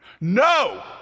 no